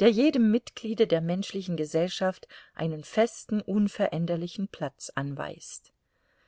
der jedem mitgliede der menschlichen gesellschaft einen festen unveränderlichen platz anweist